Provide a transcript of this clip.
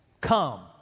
come